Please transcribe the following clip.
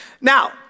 Now